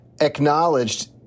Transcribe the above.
acknowledged